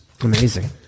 Amazing